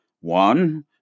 One